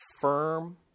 firm